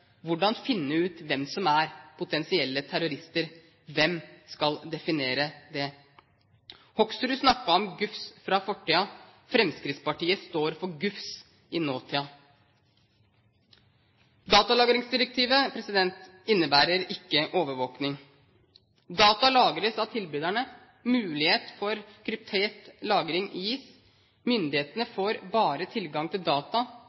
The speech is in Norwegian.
Hvordan finne ut hvem som er potensielle terrorister? Hvem skal definere det? Representanten Hoksrud snakket om gufs fra fortiden. Fremskrittspartiet står for gufs i nåtiden. Datalagringsdirektivet innebærer ikke overvåkning. Data lagres av tilbyderne. Mulighet for kryptert lagring gis, myndighetene får bare tilgang til data